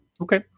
Okay